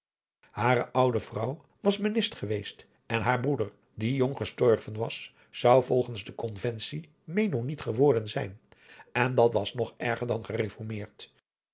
hare oude vrouw was mennist geweest en haar broeder die jong gestorven was zou volgens de conventie mennoniet geworden zijn en dat was nog erger dan geresormeerd